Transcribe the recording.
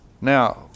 Now